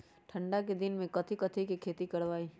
ठंडा के दिन में कथी कथी की खेती करवाई?